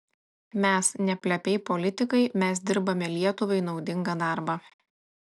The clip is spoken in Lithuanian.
mes ne plepiai politikai mes dirbame lietuvai naudingą darbą